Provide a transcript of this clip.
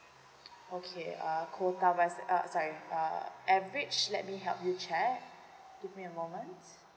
okay uh sorry uh average let me help you check give me a moment